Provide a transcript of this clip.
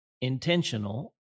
intentional